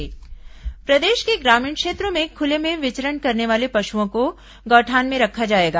गौठान पशु प्रदेश के ग्रामीण क्षेत्रों में खुले में विचरण करने वाले पशुओं को गौठान में रखा जाएगा